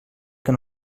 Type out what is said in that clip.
que